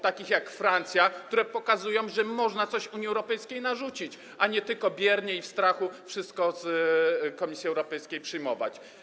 takich jak Francja, które pokazują, że można coś Unii Europejskiej narzucić, a nie tylko biernie i w strachu wszystko od Komisji Europejskiej przyjmować.